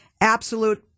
absolute